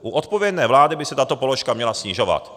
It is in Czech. U odpovědné vlády by se tato položka měla snižovat.